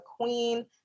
queen